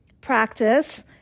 practice